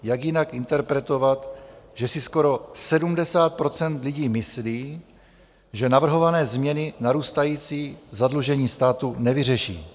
Jak jinak interpretovat, že si skoro 70 % lidí myslí, že navrhované změny narůstající zadlužení státu nevyřeší?